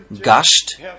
gushed